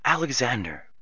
Alexander